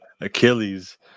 Achilles